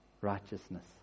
Righteousness